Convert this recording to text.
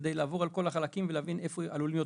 כדי לעבור על כל החלקים ולהבין איפה עלולים להיות